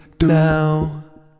now